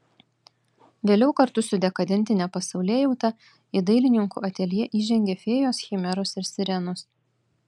vėliau kartu su dekadentine pasaulėjauta į dailininkų ateljė įžengė fėjos chimeros ir sirenos